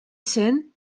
cent